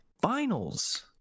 finals